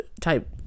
type